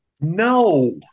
No